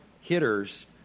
hitters